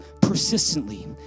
persistently